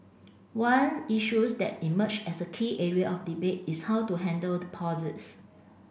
one issues that's emerged as a key area of debate is how to handle deposits